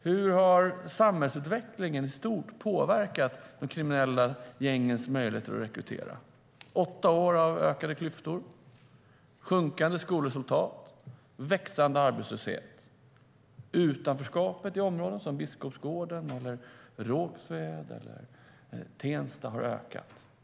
Hur har samhällsutvecklingen i stort påverkat de kriminella gängens möjlighet att rekrytera? Vi har haft åtta år av ökade klyftor, sjunkande skolresultat och växande arbetslöshet. Utanförskapet i områden som Biskopsgården, Rågsved och Tensta har ökat.